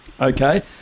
Okay